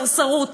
סרסרות,